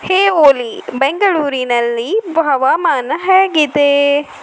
ಹೇ ಓಲಿ ಬೆಂಗಳೂರಿನಲ್ಲಿ ಹವಾಮಾನ ಹೇಗಿದೆ